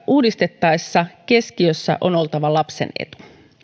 uudistettaessa keskiössä on oltava lapsen etu